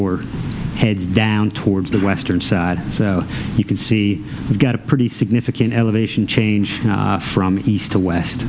heads down towards the western side so you can see we've got a pretty significant elevation change from east to west